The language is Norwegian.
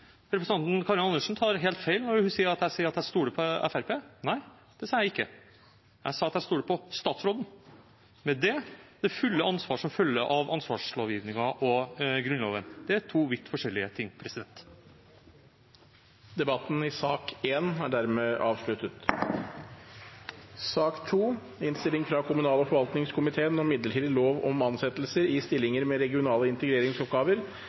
Representanten Karin Andersen tar helt feil når hun sier at jeg sier at jeg stoler på Fremskrittspartiet. Nei, det sa jeg ikke. Jeg sa at jeg stoler på statsråden og med det det fulle ansvar som følger av ansvarslovgivningen og Grunnloven. Det er to vidt forskjellige ting. Flere har ikke bedt om ordet til sak nr. 1. Det er en enstemmig tilråding fra